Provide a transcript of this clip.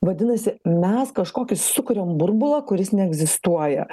vadinasi mes kažkokį sukuriam burbulą kuris neegzistuoja